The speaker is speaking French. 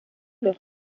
leur